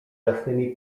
jasnymi